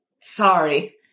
Sorry